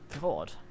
God